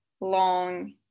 long